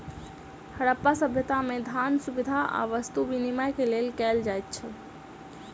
हरप्पा सभ्यता में, धान, सुविधा आ वस्तु विनिमय के लेल कयल जाइत छल